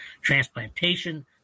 transplantation